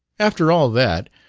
after all that,